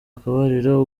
akabariro